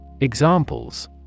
Examples